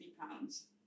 pounds